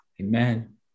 Amen